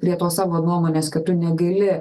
prie tos savo nuomonės kad tu negali